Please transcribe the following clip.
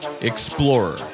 Explorer